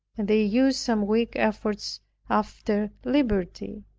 and they use some weak efforts after liberty,